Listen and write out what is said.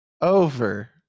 Over